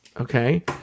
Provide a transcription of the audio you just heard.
Okay